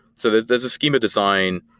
so there's there's a schema design.